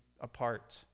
apart